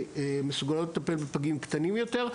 שמסוגלות לטפל בפגים קטנים יותר,